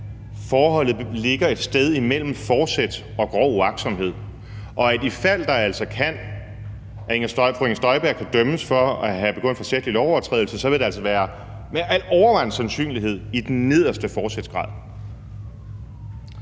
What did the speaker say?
at forholdet ligger et sted imellem forsæt og grov uagtsomhed, og at i fald fru Inger Støjberg kan dømmes for at have begået en forsætlig lovovertrædelse, vil det altså med al overvejende sandsynlighed være i den nederste forsætsgrad.